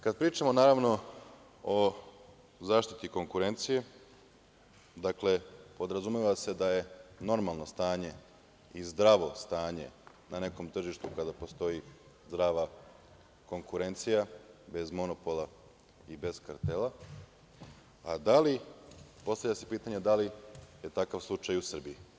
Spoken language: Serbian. Kada pričamo o zaštiti konkurencije, dakle, podrazumeva se da je normalno stanje i zdravo stanje na nekom tržištu kada postoji zdrava konkurencija, bez monopola i bez kartela, a postavlja se pitanje da li je takav slučaj u Srbiji?